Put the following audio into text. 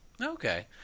Okay